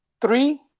three